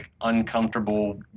uncomfortable